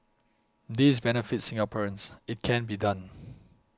this benefits Singaporeans it can be done